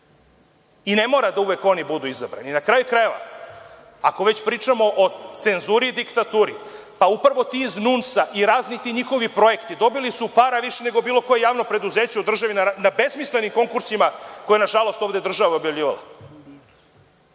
i ne mora da uvek oni budu izabrani. Na kraju krajeva, ako već pričamo o cenzuri i diktaturi, pa upravo ti iz NUNS-a i razni ti njihovi projekti dobili su para više nego bilo koje javno preduzeće u državi na besmislenim konkursima koje je, nažalost, ovde država objavljivala.